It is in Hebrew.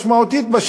משמעותית,